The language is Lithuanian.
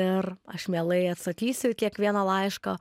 ir aš mielai atsakysiu į kiekvieną laišką